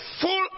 full